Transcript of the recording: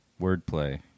wordplay